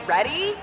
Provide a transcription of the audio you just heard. Ready